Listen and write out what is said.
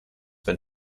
been